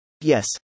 Yes